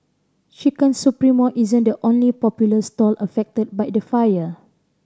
Chicken Supremo isn't the only popular stall affected by the fire